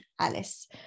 Alice